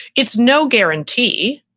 it's no guarantee.